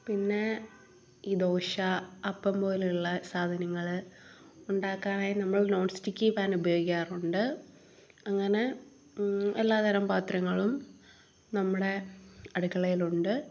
പിന്നെ ഈ ദോശ അപ്പം പോലെയുള്ള സാധനങ്ങൾ ഉണ്ടാക്കാൻ നമ്മൾ നോൺ സ്റ്റിക്കി പാൻ ഉപയോഗിക്കാറുണ്ട് അങ്ങനെ എല്ലാത്തരം പത്രങ്ങളും നമ്മുടെ അടുക്കളയിലുണ്ട്